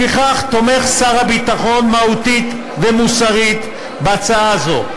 לפיכך שר הביטחון תומך מהותית ומוסרית בהצעה זו,